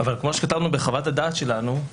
אבל כפי שכתבנו בחוות הדעת שלנו,